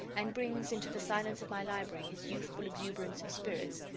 and brings, into the silence of my library, his youthful exuberance of spirits,